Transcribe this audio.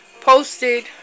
posted